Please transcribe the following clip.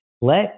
Let